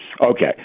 Okay